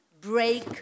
break